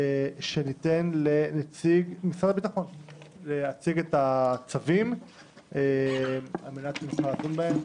אני מציע שניתן לנציג משרד הביטחון להציג את הצו על מנת שנוכל לדון בהן.